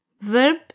verb